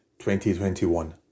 2021